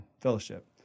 fellowship